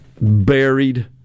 buried